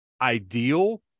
ideal